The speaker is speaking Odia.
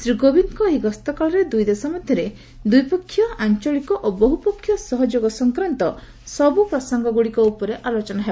ଶ୍ରୀ କୋବିନ୍ଦ୍ଙ୍କ ଏହି ଗସ୍ତ କାଳରେ ଦୁଇ ଦେଶ ମଧ୍ୟରେ ଦ୍ୱିପକ୍ଷୀୟ ଆଞ୍ଚଳିକ ଓ ବହୁପକ୍ଷୀୟ ସହଯୋଗ ସଂକ୍ରାନ୍ତ ସବୁ ପ୍ରସଙ୍ଗଗୁଡ଼ିକ ଉପରେ ଆଲୋଚନା ହେବ